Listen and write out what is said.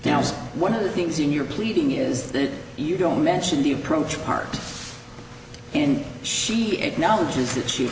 is one of the things in your pleading is that you don't mention the approach part and she acknowledges that she